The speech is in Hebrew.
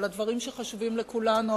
על הדברים שחשובים לכולנו,